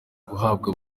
guhabwa